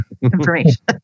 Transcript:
information